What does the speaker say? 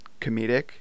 comedic